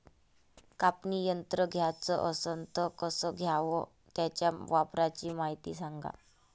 कापनी यंत्र घ्याचं असन त कस घ्याव? त्याच्या वापराची मायती सांगा